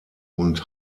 und